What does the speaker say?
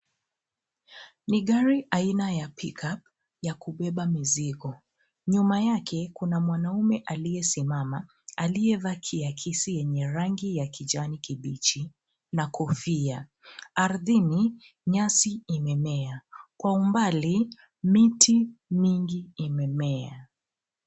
Ni gari aina ya Pick-up ya kubeba mizigo. Nyuma yake kuna mwanaume aliyesimama aliyevaa kiakisi yenye rangi ya kijani kibichi na kofia. Ardhini nyasi imemea, kwa umbali miti mingi imemea.